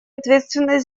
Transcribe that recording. ответственной